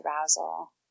arousal